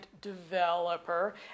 developer